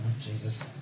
Jesus